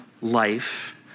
life